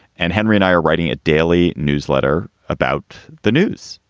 and henry and i are writing a daily newsletter about the news,